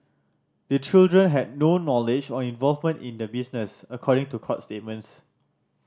the children had no knowledge or involvement in the business according to court statements